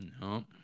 No